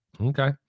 Okay